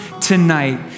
tonight